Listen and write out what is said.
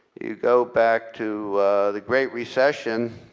you go back to the great recession,